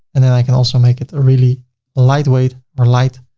and then i can also make it really lightweight or light.